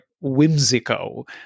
whimsical